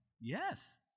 Yes